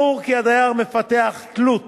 ברור כי הדייר מפתח תלות